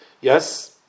yes